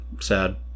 Sad